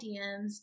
DMs